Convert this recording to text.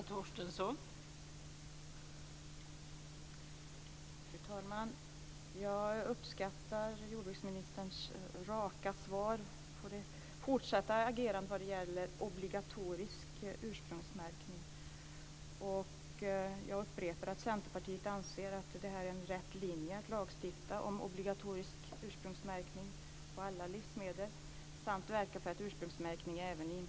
Fru talman! Jag uppskattar jordbruksministerns raka svar på frågan om det fortsatta agerandet vad gäller obligatorisk ursprungsmärkning. Jag upprepar att Centerpartiet anser att det är rätt linje att lagstifta om obligatorisk ursprungsmärkning på alla livsmedel samt att verka för att ursprungsmärkning införs även i EU.